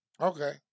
Okay